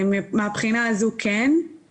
מהבחינה הזו כן.